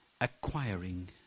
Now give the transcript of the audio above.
acquiring